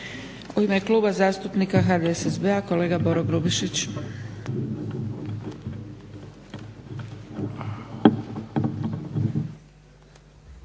U ime Kluba zastupnika HDSSB-a kolega Boro Grubišić.